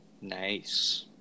Nice